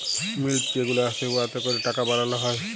মিল্ট যে গুলা আসে উয়াতে ক্যরে টাকা বালাল হ্যয়